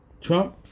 Trump